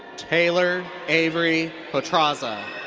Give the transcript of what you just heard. taylor avery potraza.